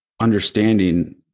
understanding